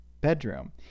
bedroom